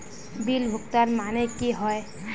Bill भुगतान माने की होय?